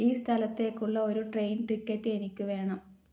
ഈ സ്ഥലത്തേക്കുള്ള ഒരു ട്രെയിൻ ടിക്കറ്റ് എനിക്ക് വേണം